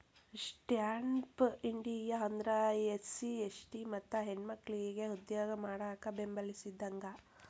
stand up India ಅಂದ್ರ SC ST ಮತ್ತ ಹೆಣ್ಮಕ್ಕಳಿಗೆ ಉದ್ಯೋಗ ಮಾಡಾಕ ಬೆಂಬಲಿಸಿದಂಗ